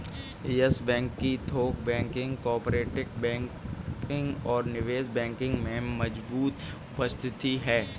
yes Bank की थोक banking, corporate banking और निवेश बैंकिंग में मजबूत उपस्थिति है